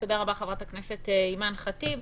תודה רבה, חברת הכנסת אימאן ח'טיב.